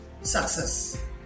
Success